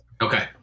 Okay